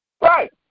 Right